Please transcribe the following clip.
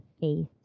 faith